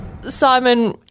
Simon